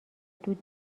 دود